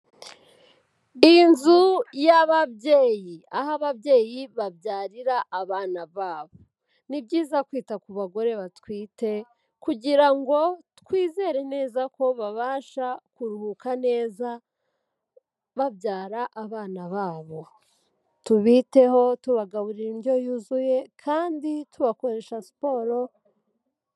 Iy'inzu y'ababyeyi aho ababyeyi babyarira abana babo, ni byiza kwita ku bagore batwite kugira ngo twizere neza ko babasha kuruhuka neza babyara abana babo, tubiteho tubagaburira indyo yuzuye kandi tubakoresha siporo.